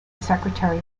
secretary